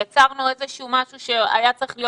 יצרנו איזשהו משהו שהיה צריך להיות